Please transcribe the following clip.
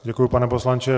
Děkuji, pane poslanče.